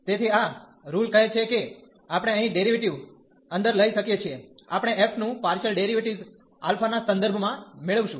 તેથી આ રુલ કહે છે કે આપણે અહીં ડેરીવેટીવ અંદર લઈ શકીએ છીએ આપણે f નું પાર્શીયલ ડેરીવેટીવ α ના સંદર્ભ માં મેળવીશું